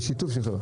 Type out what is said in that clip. יש שיתוף שלה.